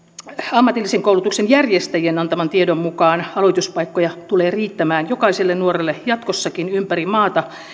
ammatillisen koulutuksen järjestäjien antaman tiedon mukaan aloituspaikkoja tulee riittämään jokaiselle nuorelle jatkossakin ympäri maata